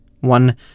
one